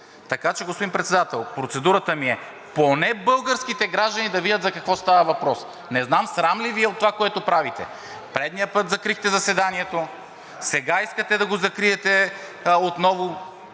Така че, господин Председател, процедурата ми е поне българските граждани да видят за какво става въпрос. Не знам срам ли Ви е от това, което правите? Предният път закрихте заседанието (реплики), да, да разбира се.